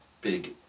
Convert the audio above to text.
big